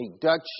Dutch